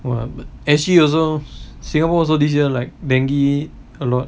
!wah! but S_G also singapore also this year like dengue a lot